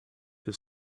his